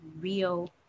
real